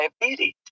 diabetes